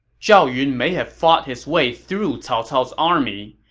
zhao yun may have fought his way through cao cao's army,